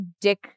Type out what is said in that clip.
dick